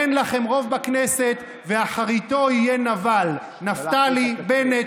אין לכם רוב בכנסת ו"אחריתו יהיה נבל" נפתלי בנט,